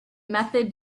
method